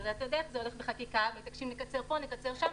אבל אתה יודע איך זה הולך בחקיקה ומבקשים שנקצר פה ונקצר שם.